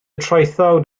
traethawd